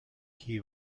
chi